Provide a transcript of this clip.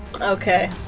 Okay